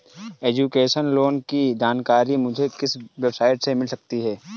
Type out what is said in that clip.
Education loan की जानकारी मुझे किस वेबसाइट से मिल सकती है?